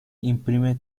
imprime